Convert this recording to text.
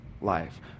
life